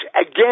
again